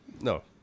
No